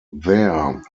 there